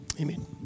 Amen